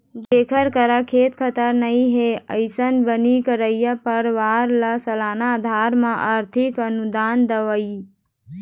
जेखर करा खेत खार नइ हे, अइसन बनी करइया परवार ल सलाना अधार म आरथिक अनुदान देवई